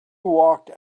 walked